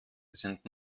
sind